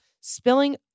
spilling